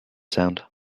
sound